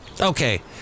Okay